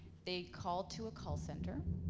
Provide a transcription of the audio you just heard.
they call to a call center.